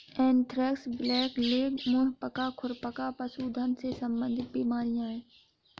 anthrax, blackleg, मुंह पका, खुर पका पशुधन से संबंधित बीमारियां हैं